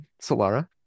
solara